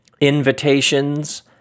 invitations